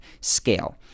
scale